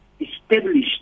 established